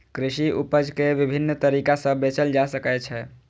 कृषि उपज कें विभिन्न तरीका सं बेचल जा सकै छै